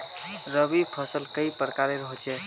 रवि फसल कई प्रकार होचे?